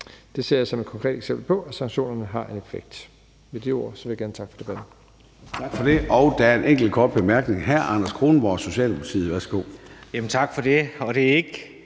Det ser jeg som et konkret eksempel på, at sanktionerne har en effekt. Med de ord vil jeg gerne takke for debatten.